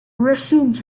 resumed